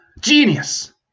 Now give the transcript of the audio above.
Genius